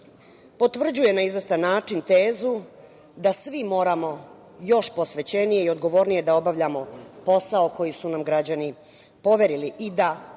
potvrđuje na izvestan način tezu da svi moramo još posvećenije i odgovornije da obavljamo posao koji su nam građani poverili i da